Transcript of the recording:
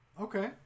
Okay